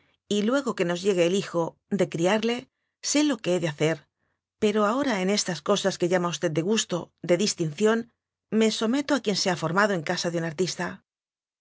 y luego que nos llegue el hijo de criarle sé lo que he de hacer pero ahora en estas cosas que llama usted de gusto de distinción me someto a quien se ha formado en casa de un artista